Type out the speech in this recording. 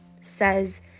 says